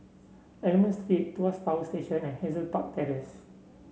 Almond Street Tuas Power Station and Hazel Park Terrace